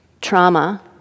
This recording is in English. trauma